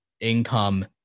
income